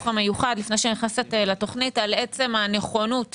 המיוחד לפני שאני נכנסת לתוכנית על עצם הנכונות